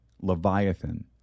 Leviathan